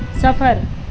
سفر